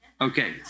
okay